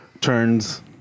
turns